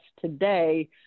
today